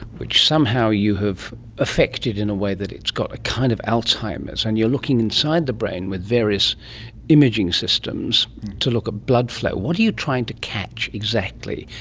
which somehow you have affected in a way that it's got a kind of alzheimer's, and you're looking inside the brain with various imaging systems to look at blood flow. what are you trying to catch exactly,